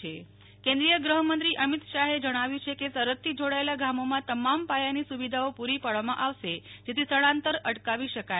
નેહ્લ ઠક્કર અમિત શાહ કેન્દ્રીય ગૃહમંત્રી અમિતશાહે જણાવ્યું છે કે સરહદથી જોડાયેલાં ગામોમાં તમામ પાયાની સુ વિધાઓ પૂ રી પાડવામાં આવશેજેથી સ્થળાંતર અટકાવી શકાય